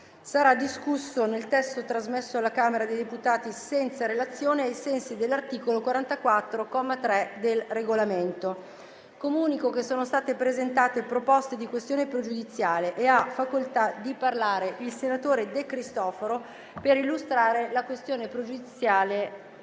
sarà discusso nel testo trasmesso dalla Camera dei deputati senza relazione, ai sensi dell'articolo 44, comma 3, del Regolamento. Comunico che sono state presentate alcune questioni pregiudiziali. Ha chiesto di intervenire il senatore De Cristofaro per illustrare la questione pregiudiziale